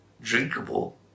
drinkable